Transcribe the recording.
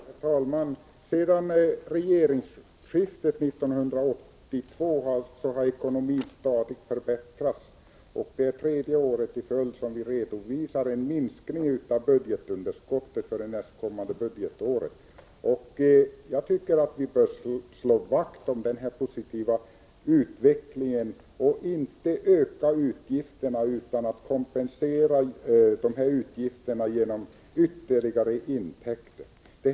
Herr talman! Sedan regeringsskiftet 1982 har ekonomin stadigt förbättrats, och det är nu tredje året i följd som vi redovisar en minskning av budgetunderskottet för det nästkommande budgetåret. Jag tycker att vi bör slå vakt om den positiva utvecklingen och inte öka utgifterna utan att kompensera dessa genom ytterligare intäkter.